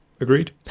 agreed